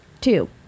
Two